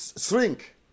shrink